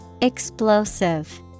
Explosive